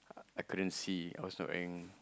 I couldn't see I was so ang